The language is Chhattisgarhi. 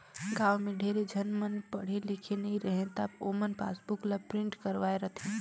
गाँव में ढेरे झन मन पढ़े लिखे नई रहें त ओमन पासबुक ल प्रिंट करवाये रथें